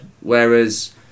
whereas